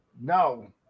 No